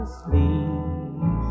sleep